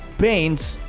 paints,